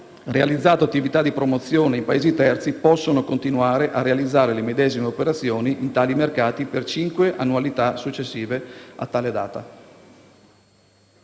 realizzato attività di promozione in Paesi terzi, possono continuare a realizzare le medesime operazioni in tali mercati per cinque annualità successive a tale data.